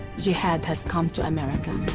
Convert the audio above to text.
jihad has come to america